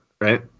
right